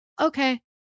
Okay